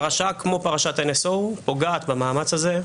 פרשה כמו פרשת ה-NSO פוגעת במאמץ הזה,